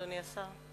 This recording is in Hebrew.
אדוני השר,